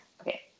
Okay